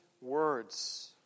words